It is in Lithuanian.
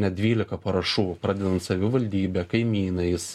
net dvylika parašų pradedant savivaldybe kaimynais